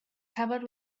covered